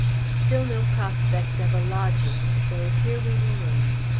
still no prospect of a lodging so here we remain.